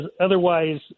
otherwise